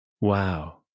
wow